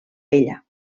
vella